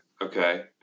Okay